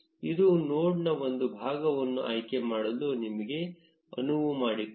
ಇದು ನೋಡ್ನ ಒಂದು ಭಾಗವನ್ನು ಆಯ್ಕೆ ಮಾಡಲು ನಿಮಗೆ ಅನುವು ಮಾಡಿಕೊಡುತ್ತದೆ